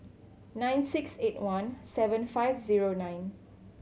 nine six eight one seven five zero nine